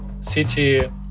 city